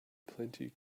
plenty